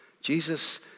Jesus